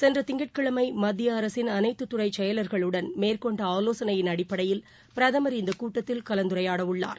சென்றதிங்கட்கிழமைமத்தியஅரசின் அனைத்துதுறைசெயலாளர்களுடன் மேற்கொண்டஆவோசனையின் அடிப்படையில் பிரதமர் இந்தகூட்டத்தில் கலந்துரையாடவுள்ளார்